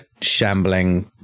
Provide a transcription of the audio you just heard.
shambling